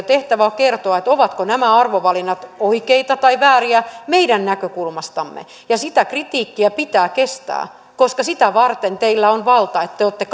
tehtävä on kertoa ovatko nämä arvovalinnat oikeita vai vääriä meidän näkökulmastamme ja sitä kritiikkiä pitää kestää koska sitä varten teillä on valta että te olette